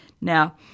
Now